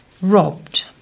robbed